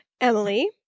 Emily